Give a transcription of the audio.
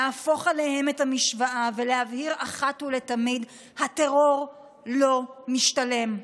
להפוך עליהם את המשוואה ולהבהיר אחת ולתמיד: הטרור לא משתלם.